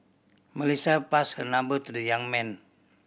Melissa passed her number to the young man